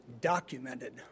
documented